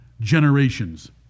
generations